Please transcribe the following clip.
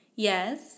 Yes